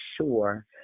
sure